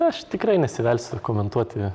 aš tikrai nesivelsiu komentuoti